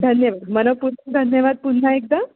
धन्यवाद मनःपूर्वक धन्यवाद पुन्हा एकदा